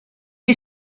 est